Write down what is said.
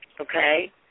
okay